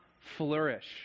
flourish